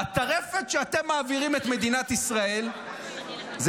בטרפת שאתם מעבירים את מדינת ישראל --- נגמר הפלאש?